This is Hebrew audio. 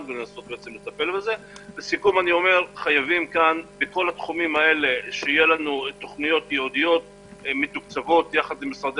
גם כחברי כנסת וגם כמשרדי